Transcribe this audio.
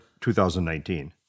2019